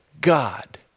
God